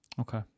Okay